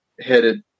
headed